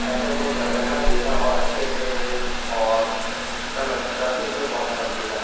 ایسے ان کو کرنا چاہیے تھا اور اچھے سے اور کرنا ترقی پہ پہنچانا چاہیے تھا